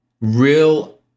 real